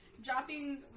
dropping